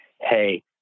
hey